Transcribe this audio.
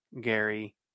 Gary